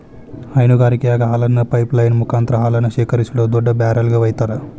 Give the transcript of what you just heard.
ಹೈನಗಾರಿಕೆಯಾಗ ಹಾಲನ್ನ pipeline ಮುಕಾಂತ್ರ ಹಾಲನ್ನ ಶೇಖರಿಸಿಡೋ ದೊಡ್ಡ ಬ್ಯಾರೆಲ್ ಗೆ ವೈತಾರ